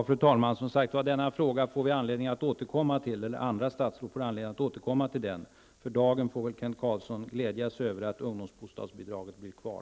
Fru talman! Denna fråga får jag och andra statsråd anledning att återkomma till. För dagen får Kent Carlsson glädja sig över att ungdomsbostadsbidraget blir kvar.